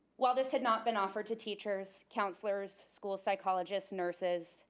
while this had not been offered to teachers, counselors, school psychologists, nurses,